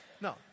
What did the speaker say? No